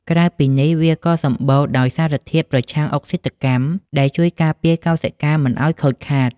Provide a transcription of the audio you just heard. ក្រៅពីនេះ វាក៏សម្បូរដោយសារធាតុប្រឆាំងអុកស៊ីតកម្ម ដែលជួយការពារកោសិកាមិនឱ្យខូចខាត។